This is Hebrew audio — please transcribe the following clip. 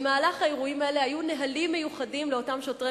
במהלך האירועים האלה היו נהלים מיוחדים לאותם שוטרי